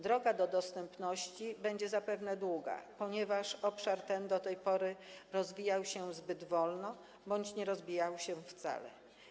Droga do dostępności będzie zapewne długa, ponieważ obszar ten do tej pory rozwijał się zbyt wolno bądź nie rozwijał się wcale.